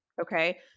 Okay